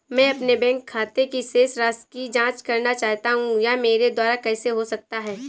मैं अपने बैंक खाते की शेष राशि की जाँच करना चाहता हूँ यह मेरे द्वारा कैसे हो सकता है?